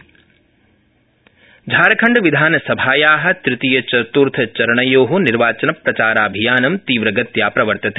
झारखण्ड विधानसभानिर्वाचनम् झारखण्डविधानसभाया तृतीयचतृर्थचरणयो निर्वाचनप्रचाराभियानं तीव्रगत्या प्रवर्तते